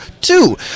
two